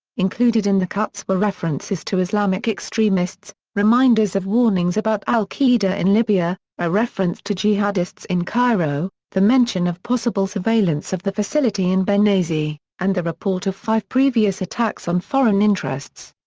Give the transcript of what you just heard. included in the cuts were references to islamic extremists, reminders of warnings about al qaeda in libya, a reference to jihadists in cairo, the mention of possible surveillance of the facility in benghazi, and the report of five previous attacks on foreign interests.